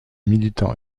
militant